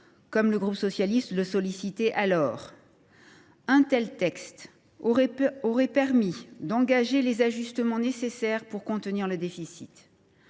comme le groupe socialiste le demandait. Un tel texte aurait permis d’engager les ajustements nécessaires pour contenir le déficit.